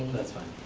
that's fine.